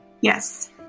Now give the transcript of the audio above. Yes